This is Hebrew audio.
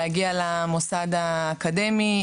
להגיע למוסד האקדמי,